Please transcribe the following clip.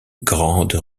grande